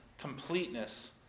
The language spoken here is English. completeness